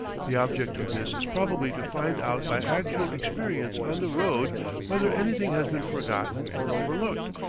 the object of this is probably to find out by actual experience on the road whether anything has been forgotten or overlooked,